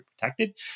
protected